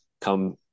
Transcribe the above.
come